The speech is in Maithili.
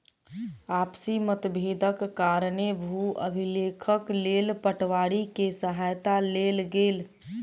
आपसी मतभेदक कारणेँ भू अभिलेखक लेल पटवारी के सहायता लेल गेल